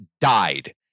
died